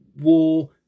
war